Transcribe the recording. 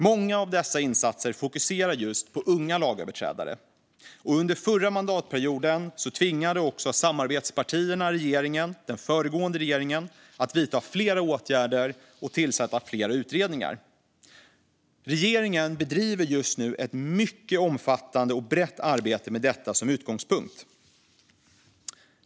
Många av dessa insatser fokuserar just på unga lagöverträdare. Under förra mandatperioden tvingade också samarbetspartierna den föregående regeringen att vidta flera åtgärder och tillsätta flera utredningar. Regeringen bedriver just nu ett mycket omfattande och brett arbete med detta som utgångspunkt.